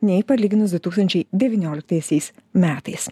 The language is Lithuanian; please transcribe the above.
nei palyginus du tūkstančiai devynioliktaisiais metais